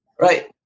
right